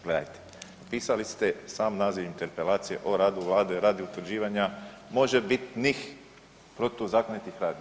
Gledajte, pisali ste sam naziv interpelacije o radu Vlade radi utvrđivanja možebitnih protuzakonitih radnji.